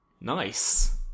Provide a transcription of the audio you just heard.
Nice